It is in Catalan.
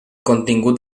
contingut